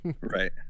right